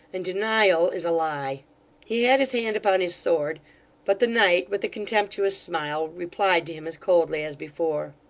and denial is a lie he had his hand upon his sword but the knight, with a contemptuous smile, replied to him as coldly as before.